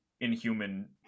inhuman